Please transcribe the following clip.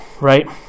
right